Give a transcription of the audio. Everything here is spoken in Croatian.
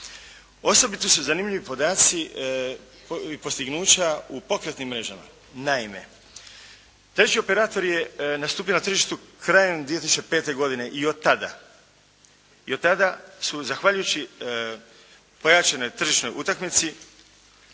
Osobito su zanimljivi podaci i postignuća u pokretnim mrežama. Naime, treći operator je nastupio na tržištu krajem 2005. godine i od tada, od tada su zahvaljujući pojačanoj tržišnoj utakmici